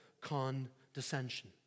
condescension